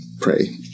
pray